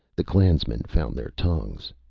the clansmen found their tongues.